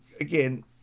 Again